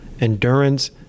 endurance